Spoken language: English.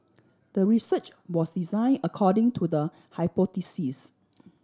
the research was design according to the hypothesis